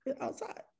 outside